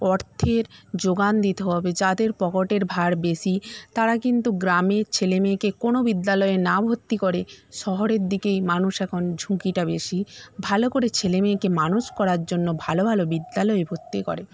অর্থের জোগান দিতে হবে যাদের পকটের ভার বেশি তারা কিন্তু গ্রামের ছেলেমেয়েকে কোনও বিদ্যালয়ে না ভর্তি করে শহরের দিকেই মানুষ এখন ঝুঁকিটা বেশি ভালো করে ছেলেমেয়েকে মানুষ করার জন্য ভালো ভালো বিদ্যালয়ে ভর্তি করে